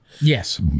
yes